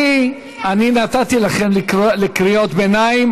אני נתתי לכם לקרוא קריאות ביניים,